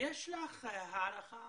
יש לך הערכה